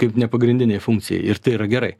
kaip nepagrindinei funkcijai ir tai yra gerai